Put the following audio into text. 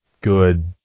good